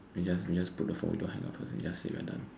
we just we just put the phone don't hang up first we just say we're done